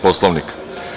Poslovnika?